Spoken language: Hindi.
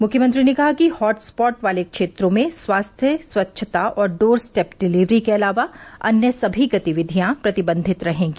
मुख्यमंत्री ने कहा कि हॉटस्पॉट वाले क्षेत्रों में स्वास्थ्य स्वच्छता और डोर स्टेप डिलीवरी के अलावा अन्य सभी गतिविधियां प्रतिबंधित रहेंगी